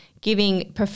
giving